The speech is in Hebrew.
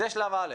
זה שלב א'.